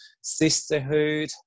sisterhood